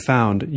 Found